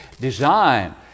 Design